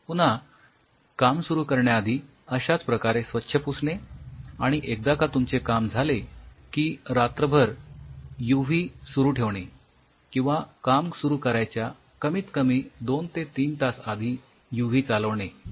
पुन्हा काम सुरु करण्याआधी अश्याच प्रकारे स्वच्छ पुसणे आणि एकदा का तुमचे काम झाले की रात्रभर यूव्ही सुरु ठेवणे किंवा काम सुरु करायच्या कमीत कमी २ ते ३ तास आधी यूव्ही चालवणे